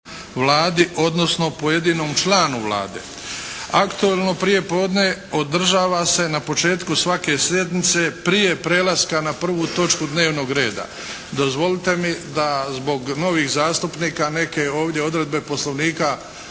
Vladi odnosno pojedinom članu Vlade. Aktualno prijepodne održava se na početku svake sjednice prije prelaska na prvu točku dnevnog reda. Dozvolite mi da zbog novih zastupnika neke ovdje odredbe Poslovnika